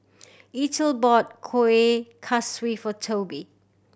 Eithel bought kueh kosui for Toby